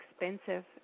expensive